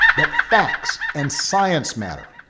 that facts and science matter,